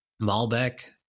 Malbec